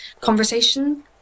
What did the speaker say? conversation